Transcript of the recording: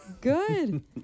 good